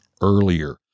earlier